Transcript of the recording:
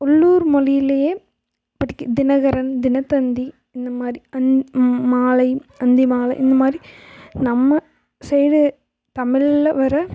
உள்ளூர் மொழியிலயே படிக்க தினகரன் தினத்தந்தி இந்தமாதிரி அந் மாலை அந்திமாலை இந்த மாதிரி நம்ம சைடு தமிழ்ல வர்ற